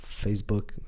Facebook